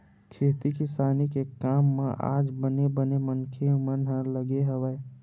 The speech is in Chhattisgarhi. खेती किसानी के काम म आज बने बने मनखे मन ह लगे हवय